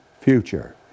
future